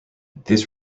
these